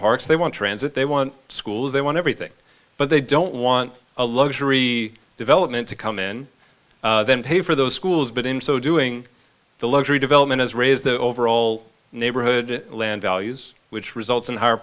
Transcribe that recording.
parks they want transit they want schools they want everything but they don't want a luxury development to come in then pay for those schools but in so doing the luxury development is raise the overall neighborhood land values which results in higher